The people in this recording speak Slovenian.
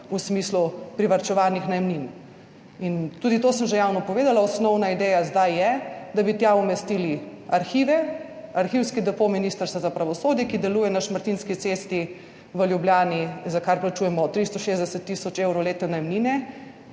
v smislu privarčevanih najemnin. In tudi to sem že javno povedala, osnovna ideja zdaj je, da bi tja umestili arhive, arhivski depo Ministrstva za pravosodje, ki deluje na Šmartinski cesti v Ljubljani, za kar plačujemo 360 tisoč evrov letne najemnine.